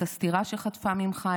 את הסטירה שחטפה ממך,